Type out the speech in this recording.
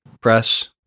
Press